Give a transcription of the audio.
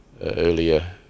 earlier